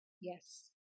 Yes